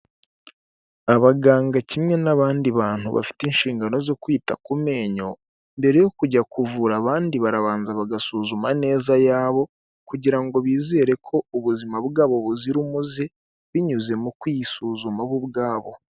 Abaganga kimwe n'abandi bantu bafite inshingano zo kwita ku menyo; mbere yo kujya kuvura abandi barabanza bagasuzuma neza ayabo; kugira ngo bizere ko ubuzima bwabo buzira umuze, binyuze mu kwisuzuma bo ubwabo.